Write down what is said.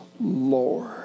Lord